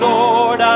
Lord